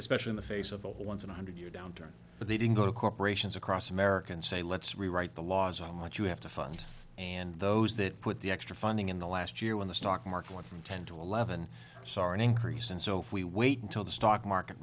especially in the face of a one hundred year downturn but they didn't go to corporations across america and say let's rewrite the laws on what you have to fund and those that put the extra funding in the last year when the stock market went from ten to eleven saren increase and so we wait until the stock market